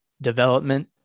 development